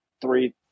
three